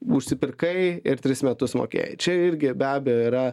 užsipirkai ir tris metus mokėjai čia irgi be abejo yra